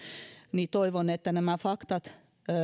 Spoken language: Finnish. niin toivon että nämä faktat